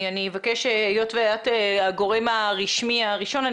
היות ואת הגורם הרשמי הראשון,